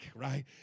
right